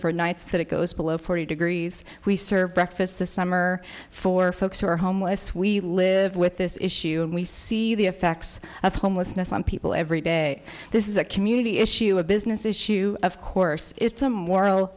for nights that it goes below forty degrees we serve breakfast this summer for folks who are homeless we live with this issue and we see the effects of homelessness on people every day this is a community issue a business issue of course it's a moral